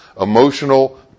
Emotional